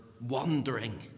wandering